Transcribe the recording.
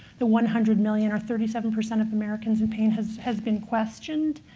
the one hundred million or thirty seven percent of americans in pain has has been questioned,